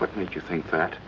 what makes you think that